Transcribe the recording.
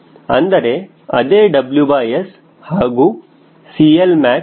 ಅಂದರೆ ಅದೇ WS ಹಾಗೂ CLmax